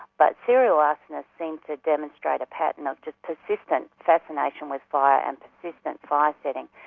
but serial arsonists seem to demonstrate a pattern of just persistent fascination with fire and persistent fire-setting.